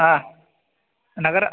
हा नगरम्